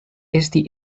esti